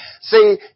See